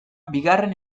bigarren